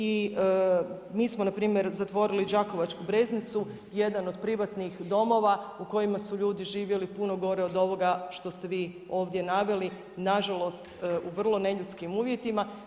I mi smo npr. zatvorili Đakovačku breznicu, jedan od privatnih domova u kojima su ljudi živjeli puno gore od ovoga što ste vi ovdje naveli i nažalost u vrlo neljudskim uvjetima.